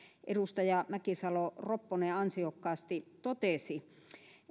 edustaja mäkisalo ropponen ansiokkaasti totesi